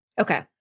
Okay